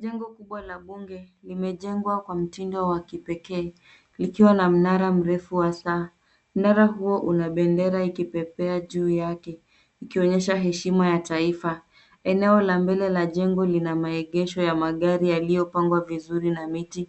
Jengo kubwa la mbunge limejengwa kwa mtindo wa kipekee likiwa na mnara mrefu wa saa. Mnara huo una bendera ikipepea juu yake ikionyesha heshima ya taifa. Eneo la mbele la jengo lina maegesho ya magari yaliyopangwa vizuri na miti